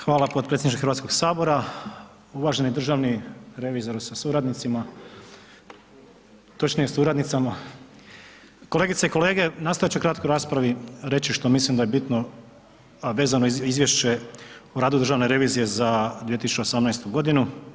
Hvala podpredsjedniče Hrvatskog sabora, uvaženi državni revizore sa suradnicima, točnije suradnicama, kolegice i kolege nastojat ću u kratkoj raspravi reći što mislim da je bitno, a vezano uz Izvješće o radu Državne revizije za 2018. godinu.